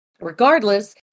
Regardless